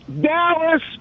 Dallas